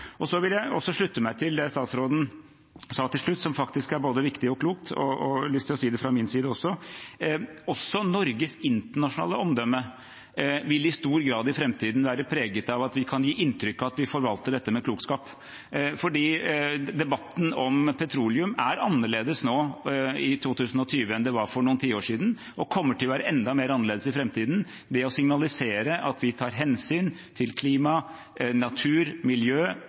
Så vil jeg også slutte meg til det statsråden sa til slutt, som faktisk er både viktig og klokt. Jeg har lyst til å si det fra min side også: Også Norges internasjonale omdømme vil i stor grad i framtiden være preget av at vi kan gi inntrykk av at vi forvalter dette med klokskap. Debatten om petroleum er annerledes nå i 2020 enn den var for noen tiår siden, og kommer til å være enda mer annerledes i framtiden. Det å signalisere at vi tar hensyn til klima, natur, miljø